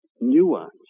nuance